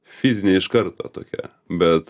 fizinė iš karto tokia bet